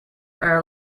are